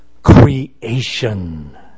creation